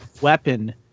weapon